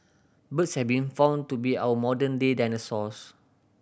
birds have been found to be our modern day dinosaurs